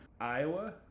Iowa